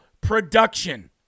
production